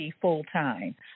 full-time